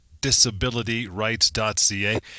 disabilityrights.ca